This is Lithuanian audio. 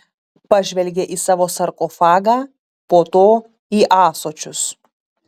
pažvelgė į savo sarkofagą po to į ąsočius